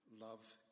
love